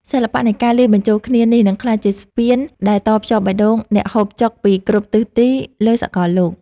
សិល្បៈនៃការលាយបញ្ចូលគ្នានេះនឹងក្លាយជាស្ពានដែលតភ្ជាប់បេះដូងអ្នកហូបចុកពីគ្រប់ទិសទីលើសកលលោក។